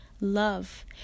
love